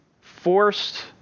forced